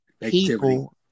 people